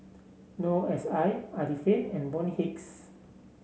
Noor S I Arifin and Bonny Hicks